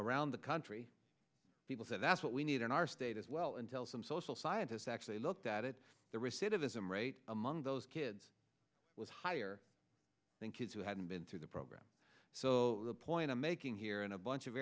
around the country people say that's what we need in our state as well until some social scientists actually looked at it the recidivism rate among those kids was higher than kids who hadn't been through the program so the point i'm making here in a bunch of